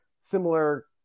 similar